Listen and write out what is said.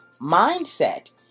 mindset